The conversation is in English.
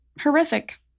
horrific